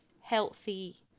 healthy